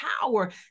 power